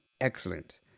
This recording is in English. Excellent